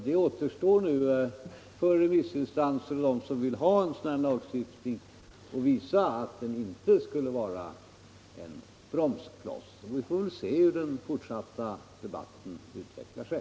Det återstår nu för remissinstanser och för dem som vill ha en sådan här lagstiftning att visa att den inte skulle vara en bromskloss. Vi får väl se hur den fortsatta debatten utvecklar sig.